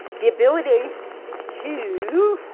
the ability um to,